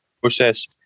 process